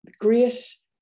grace